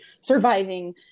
surviving